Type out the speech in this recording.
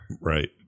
Right